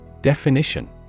Definition